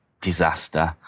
disaster